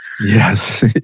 Yes